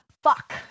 Fuck